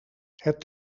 het